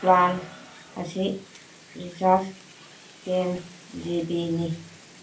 plan ꯑꯁꯤ recharge ten ꯖꯤꯕꯤꯅꯤ